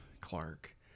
Clark